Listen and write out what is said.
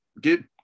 get